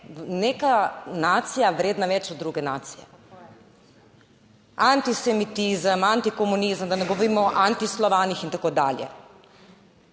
neka nacija vredna več od druge nacije - antisemitizem, antikomunizem, da ne govorimo o antislovanih in tako dalje.